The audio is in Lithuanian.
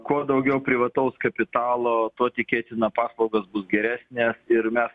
kuo daugiau privataus kapitalo tuo tikėtina paslaugos bus geresnės ir mes